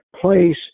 place